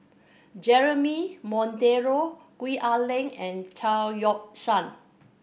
Jeremy Monteiro Gwee Ah Leng and Chao Yoke San